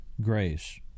grace